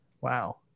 wow